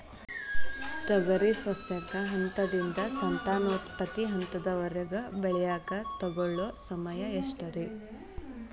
ತೊಗರಿ ಸಸ್ಯಕ ಹಂತದಿಂದ, ಸಂತಾನೋತ್ಪತ್ತಿ ಹಂತದವರೆಗ ಬೆಳೆಯಾಕ ತಗೊಳ್ಳೋ ಸಮಯ ಎಷ್ಟರೇ?